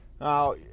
Now